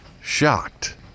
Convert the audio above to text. Shocked